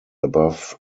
above